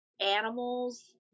animals